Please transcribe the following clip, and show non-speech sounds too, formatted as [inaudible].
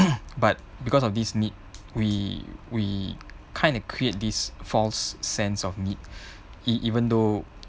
[coughs] but because of these need we we kind of create this false sense of need e~ even though